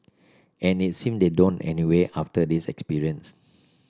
and it seem they don't anyway after this experience